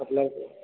आपलं